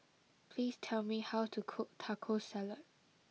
please tell me how to cook Taco Salad